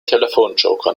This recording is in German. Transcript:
telefonjoker